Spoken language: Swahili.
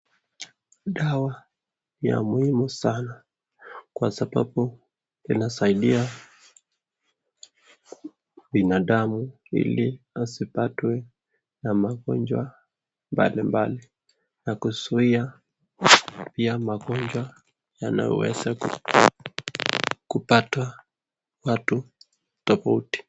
Dawa ya muhimu sana kwa sababu inasaidia binadamu hili asipatwe na magonjwa mbalimbali, na kuzua tena magonjwa yanaweza kupata watu tafauti.